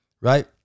Right